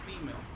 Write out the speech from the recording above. female